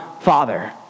Father